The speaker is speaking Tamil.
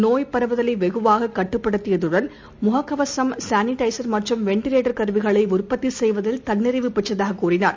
நோய் பரவுதலைவெகுவாககட்டுப்படுத்தியதுடன் முகக் கவசம் சானிடைசர் மற்றும் வென்டிலேட்டர் கருவிகளைஉற்பத்திசெய்வதில் தன்னிறைவு பெற்றதாகதெரிவித்தார்